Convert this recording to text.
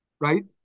right